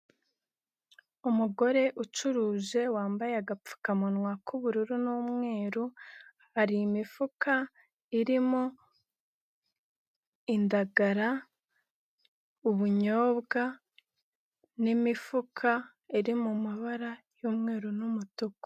Umugore ucuruje wambaye agapfukamunwa k'ubururu n'umweru, hari imifuka irimo indagara, ubunyobwa n'imifuka iri mu mabara y'umweru n'umutuku.